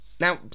Now